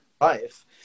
life